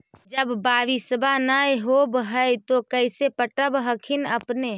जब बारिसबा नय होब है तो कैसे पटब हखिन अपने?